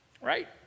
right